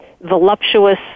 voluptuous